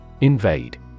Invade